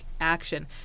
action